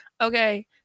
okay